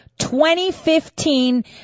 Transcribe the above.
2015